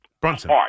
Brunson